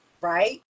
right